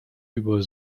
über